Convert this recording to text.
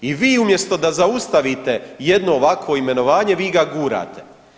I vi umjesto da zaustavite jedno ovakvo imenovanje vi ga gurate.